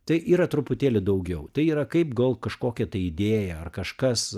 tai yra truputėlį daugiau tai yra kaip gal kažkokia tai idėja ar kažkas